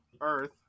Earth